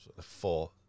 four